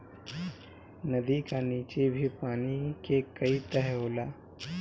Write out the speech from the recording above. नदी का नीचे भी पानी के कई तह होला